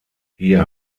hier